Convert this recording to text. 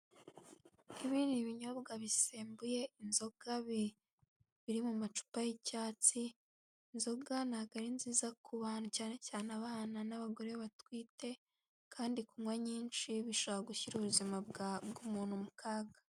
Ibi ni binyobwa bisembuye inzoga, biri mu macupa y'icyatsi, inzoga ntabwo ari nziza ku bantu cyane cyane abana n'abagore batwite kandi kunywa nyinshi bishobora gushyira ubuzima bw'umuntu mu kaga.